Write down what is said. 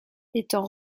étant